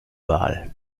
wahl